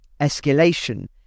escalation